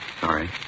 sorry